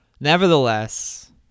Nevertheless